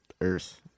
Earth